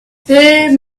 there